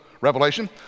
Revelation